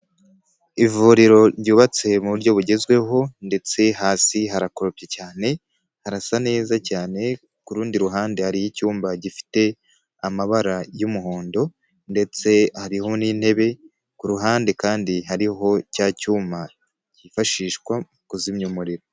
Ivuriro ryubatse mu buryo bugezweho ndetse hasi harakorobye cyane harasa neza cyane, ku rundi ruhande hari icyumba gifite amabara y'umuhondo ndetse hariho n'intebe ku ruhande kandi hariho cya cyuma cyifashishwa mu kuzimya umuriro.